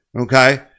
okay